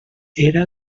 era